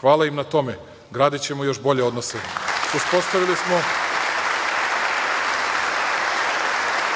Hvala im na tome. Gradićemo još bolje